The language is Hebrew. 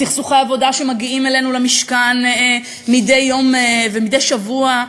סכסוכי עבודה שמגיעים אלינו למשכן מדי יום ומדי שבוע.